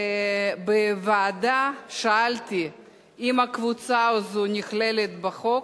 בוועדה שאלתי אם הקבוצה הזאת נכללת בחוק,